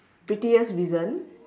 prettiest reason